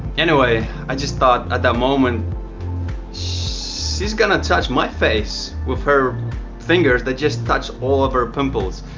anyway i just thought at that moment shh she's gonna touch my face with her fingers that just touched all of her pimples,